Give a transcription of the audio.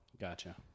gotcha